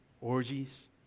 orgies